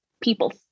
people